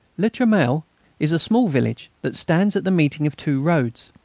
le charmel is a small village that stands at the meeting of two roads,